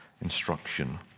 instruction